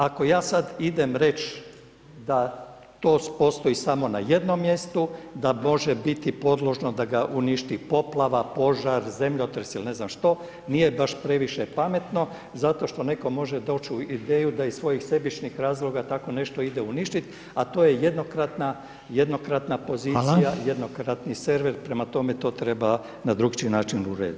Ako ja sad idem reći da to postoji samo na jednom mjestu, da može biti podložno da ga uništi poplava, požar, zemljotres ili ne znam što, nije baš previše pametno zato što neko može doći na ideju da iz svojih sebičnih razloga tako nešto ide uništiti, a to je jednokratna pozicija, jednokratni server, prema tome to treba na drukčiji način urediti.